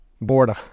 Boredom